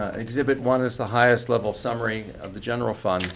exhibit one of the highest level summary of the general fund